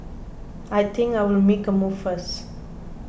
I think I'll make a move first